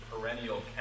perennial